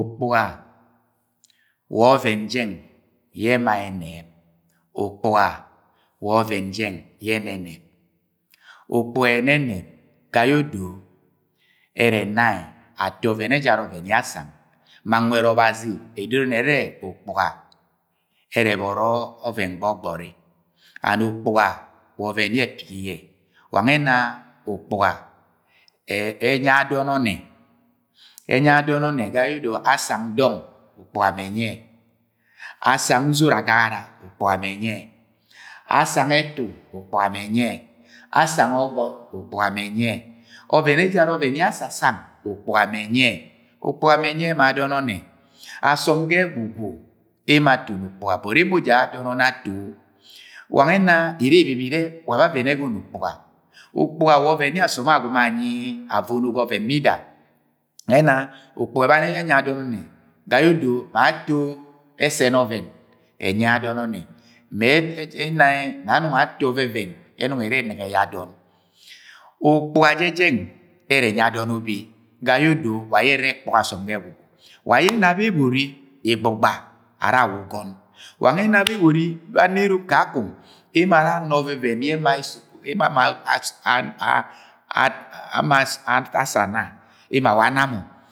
Ukpuga wa ọvẹn jẹng yẹ ema ẹnẹb. Ukpuga wa ọvẹn jẹng yẹ ẹnẹnẹb. Ukpuga ẹnẹnẹb ga yẹ odo ẹrẹ ena yẹ ato ọvẹn ẹjara yẹ asang. Ma nwẹd Ọbazi edoro ni ẹrẹ ukpuga ẹrẹ ẹbọrọ ọvẹn gbọgbọri and ukpuga wa ọvẹn yẹ ẹpigi yẹ wa nwẹ ena ukpuga ẹnyi adọn ọnnẹ, enyi adọn ọnnẹ ga yẹ ọdọ asang dọng ukpuga me enyi yẹ. Asang uzot agagara ukpuga mẹ ẹnyi yẹ. Asang ẹtu, ukpuga me enyi yẹ. Asang ọgọn ukpuga mẹ enyiyẹ ọvẹn ẹjara ọvẹn yẹ asa sang, ukpuga me ẹnyi yẹ. Ukpuga me ẹnyi ma adọn ọnnẹ. Osọm ga ẹgwugwu atoni ukpuga but emo ja adẹn ọnnẹ ato wa nwẹ ẹna iri ibibba, wa ba ọvẹn ẹgọnọ ukpuga? Ukpuga wa ọvẹn yẹ asọm agomọ anyi avono ŋa ọvẹn bida wa nwẹ ẹna ukpuga ẹbani ye enyi ye adọn ọnnẹ ga yẹ odo ma ato ẹsẹn ọvẹn enyi ye adọn onnẹ. Me ẹna ne anọng ara ato ọvẹvẹn yẹ enong ẹrẹ ẹnẹge yẹ adọn. Ukpuga jẹ jeng ẹrẹ enyi adọn ubi ga ye odo wa ayẹ ere ere ekpọk asom ga ẹgwugwu wa aye ẹna bebori, igbọgba ara awa ugọn. Wange nwẹ ẹna, bebori be anerom ka kọng ara ana oveven yẹ eno ama supose ye emo asa ana emo awa ana mọ.